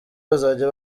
bazajya